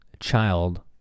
child